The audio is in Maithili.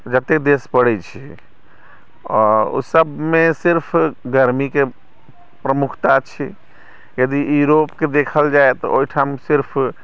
जतेक देश पड़ै छै ओहिसभमे सिर्फ गर्मीके प्रमुखता छै यदि युरोपके देखल जाय तऽ ओहिठाम सिर्फ